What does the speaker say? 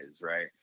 right